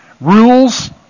rules